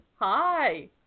hi